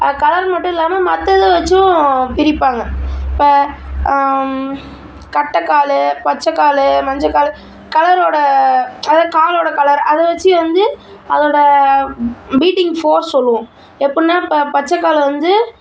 colour மட்டும் இல்லாமல் மத்ததை வெச்சும் பிரிப்பாங்க இப்போ கட்டை கால் பச்சக்கால் மஞ்சக்கால் கலரோடய அதாவது காலோடய கலர் அதை வெச்சு வந்து அதோடய பீட்டிங் ஃபோர்ஸ் சொல்வோம் எப்புடின்னா இப்போ பச்சை கலரு வந்து